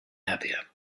happier